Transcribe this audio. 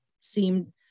seemed